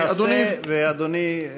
ייעשה, אדוני.